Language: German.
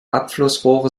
abflussrohre